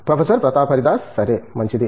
professor Pratap Haridas సరే మంచిది